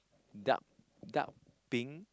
dark dark pink